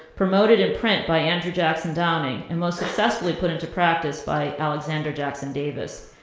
promoted in print by andrew jackson downing and most successfully put into practice by alexander jackson davis.